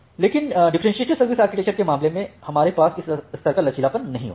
लेकिन differentiated service architecture के मामले में हमारे पास इस स्तर का लचीलापन नहीं होता है